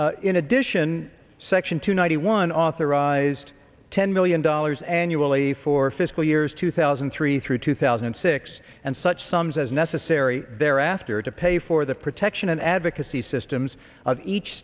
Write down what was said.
in addition section two ninety one authorized ten million dollars annually for fiscal years two thousand and three through two thousand and six and such sums as necessary thereafter to pay for the protection and advocacy systems of each